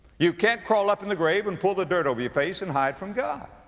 you can't crawl up in the grave and pull the dirt over your face and hide from god.